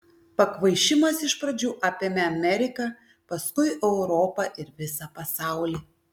pakvaišimas iš pradžių apėmė ameriką paskui europą ir visą pasaulį